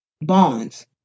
bonds